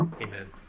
Amen